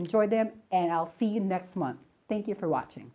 enjoy them and i'll see you next month thank you for watching